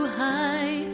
high